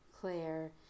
Claire